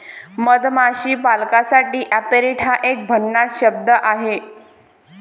मधमाशी पालकासाठी ऍपेरिट हा एक भन्नाट शब्द आहे